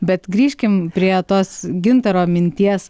bet grįžkim prie tos gintaro minties